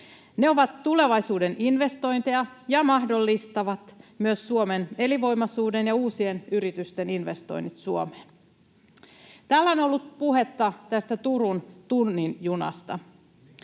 Ne ovat tulevaisuuden investointeja ja mahdollistavat myös Suomen elinvoimaisuuden ja uusien yritysten investoinnit Suomeen. Täällä on ollut puhetta tästä Turun tunnin junasta.